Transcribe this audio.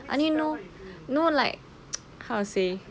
I only know no like how to say